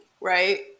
right